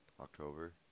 October